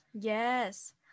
yes